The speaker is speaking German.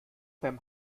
beim